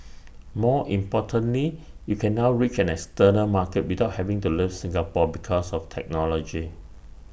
more importantly you can now reach an external market without having to leave Singapore because of technology